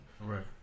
Right